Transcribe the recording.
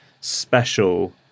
special